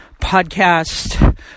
podcast